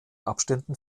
abständen